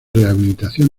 rehabilitación